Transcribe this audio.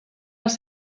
les